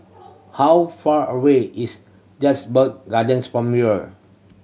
how far away is Gardens from here